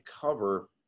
cover